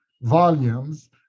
volumes